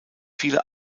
viele